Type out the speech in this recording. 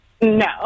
No